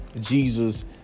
Jesus